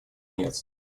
мест